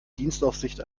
dienstaufsicht